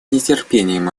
нетерпением